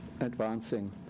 advancing